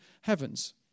heavens